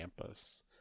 campus